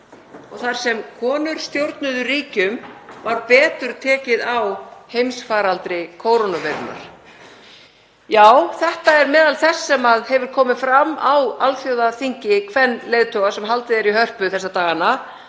og þar sem konur stjórnuðu ríkjum var betur tekið á heimsfaraldri kórónuveirunnar. Já, þetta er meðal þess sem hefur komið fram á alþjóðaþingi kvenleiðtoga sem haldið er í Hörpu þessa dagana,